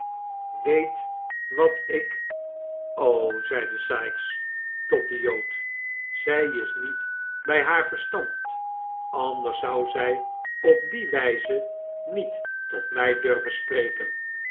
weet wat ik o zeide sikes tot den jood zij is niet bij haar verstand anders zou zij op die wijze niet tot mij durven spreken